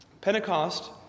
Pentecost